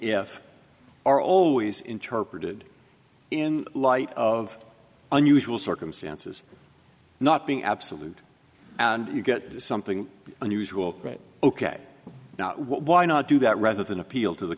if are always interpreted in light of unusual circumstances not being absolute you get something unusual right ok now why not do that rather than appeal to the